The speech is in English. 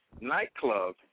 Nightclub